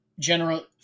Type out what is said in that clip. General